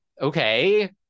okay